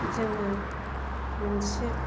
जोङो मोनसे